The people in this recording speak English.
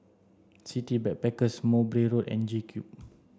City Backpackers Mowbray Road and JCube